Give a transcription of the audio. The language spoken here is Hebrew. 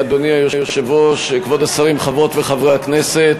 אדוני היושב-ראש, כבוד השרים, חברות וחברי הכנסת,